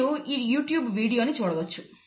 మీరు ఈ YouTube video ని చూడవచ్చు